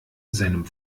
seinem